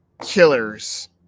killers